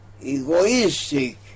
egoistic